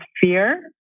fear